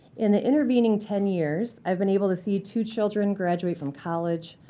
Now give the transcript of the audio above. in the intervening ten years, i've been able to see two children graduate from college,